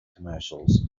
commercials